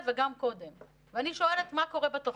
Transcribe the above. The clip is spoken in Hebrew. וגם קודם ואני שואלת מה קורה בתוכניות.